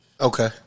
Okay